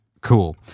cool